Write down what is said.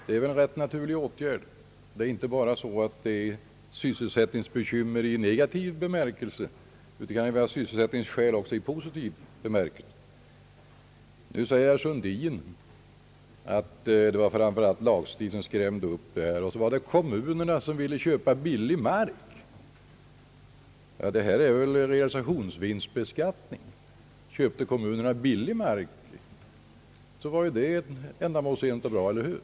Det finns inte bara sysselsättningsbekymmer i negativ bemärkelse utan det kan vara sysselsättningsskäl också i positiv bemärkelse. Nu säger herr Sundin att det framför allt var lagstiftningen som skrämde upp säljarna och vidare att kommunerna ville köpa billig mark. Här rör det sig väl om realisationsvinstbeskattning? Om kommunerna köpte billig mark var det ju ändamålsenligt och bra, eller hur?